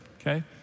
Okay